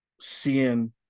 seeing